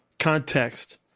context